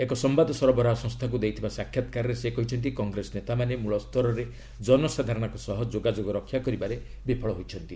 ଏକ ସମ୍ଭାଦ ସରବରାହ ସଂସ୍ଥାକୁ ଦେଇଥିବା ସାକ୍ଷାତ୍କାରରେ ସେ କହିଛନ୍ତି କଂଗ୍ରେସ ନେତାମାନେ ମୂଳ ସ୍ତରରେ ଜନସାଧାରରଙ୍କ ସହ ଯୋଗାଯୋଗ ରକ୍ଷା କରିବାରେ ବିଫଳ ହୋଇଛନ୍ତି